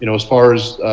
you know as far as